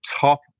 top